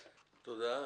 תודה.